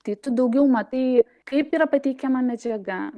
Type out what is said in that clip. tai tu daugiau matai kaip yra pateikiama medžiaga